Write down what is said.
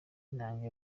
inanga